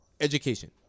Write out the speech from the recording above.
education